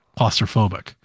claustrophobic